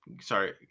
Sorry